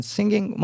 Singing